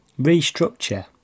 restructure